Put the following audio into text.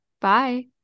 bye